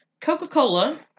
Coca-Cola